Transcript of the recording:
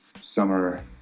summer